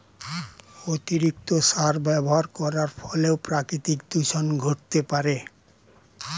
অতিরিক্ত সার ব্যবহার করার ফলেও প্রাকৃতিক দূষন ঘটতে পারে